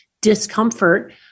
discomfort